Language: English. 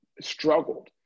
struggled